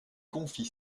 confie